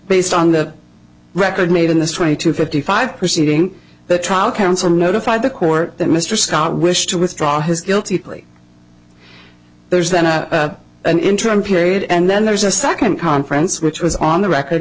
based on the record made in this twenty two fifty five proceeding the trial counsel notified the court that mr scott wished to withdraw his guilty plea there's then a an interim period and then there's a second conference which was on the record